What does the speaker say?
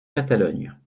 catalogne